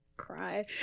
cry